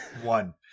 One